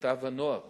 מיטב הנוער